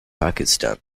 pakistan